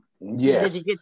Yes